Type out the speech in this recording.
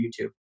youtube